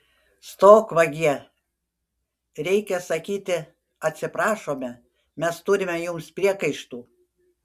stok vagie reikia sakyti atsiprašome mes turime jums priekaištų